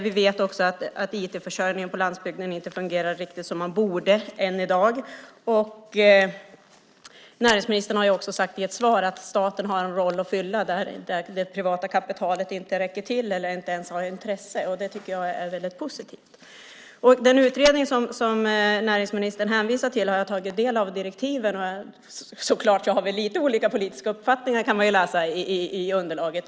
Vi vet också att IT-försörjningen på landsbygden än i dag inte riktigt fungerar som den borde. Näringsministern har i ett svar sagt att staten har en roll att fylla där det privata kapitalet inte räcker till eller inte ens har ett intresse. Det tycker jag är väldigt positivt. Jag har tagit del av direktiven till den utredning som näringsministern hänvisar till. Lite olika politiska uppfattningar har vi så klart; det kan man utläsa av underlaget.